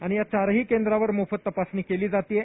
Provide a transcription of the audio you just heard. आणि या चारही केंद्रांवर मोफत तपासणी केलेली आहे